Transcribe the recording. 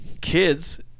kids